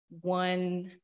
one